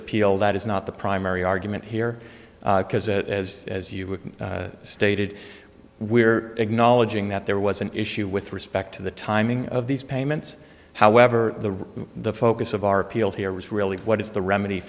appeal that is not the primary argument here because as as you stated we're acknowledging that there was an issue with respect to the timing of these payments however the the focus of our appeal here was really what is the remedy